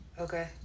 okay